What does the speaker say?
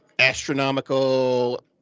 Astronomical